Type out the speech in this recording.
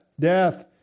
Death